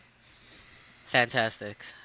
Fantastic